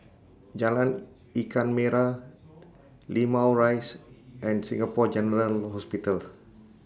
Jalan Ikan Merah Limau Rise and Singapore General Hospital